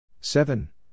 seven